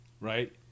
right